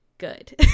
good